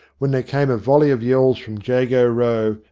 when there came a volley of yells from jago row,